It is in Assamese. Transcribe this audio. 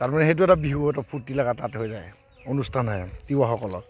তাৰ মানে সেইটো এটা বিহু ফূৰ্তি লগা তাত হৈ যায় অনুষ্ঠান হয় তিৱা সকলৰ